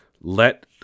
let